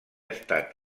estat